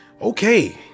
okay